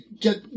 get